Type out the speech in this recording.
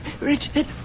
Richard